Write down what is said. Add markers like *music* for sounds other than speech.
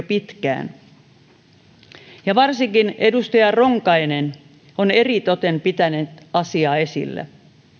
*unintelligible* pitkään ja edustaja ronkainen on eritoten pitänyt asiaa esillä